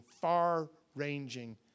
far-ranging